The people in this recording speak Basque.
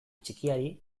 txikiari